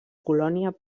colònia